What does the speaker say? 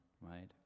right